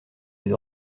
les